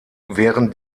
während